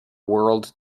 world